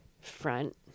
front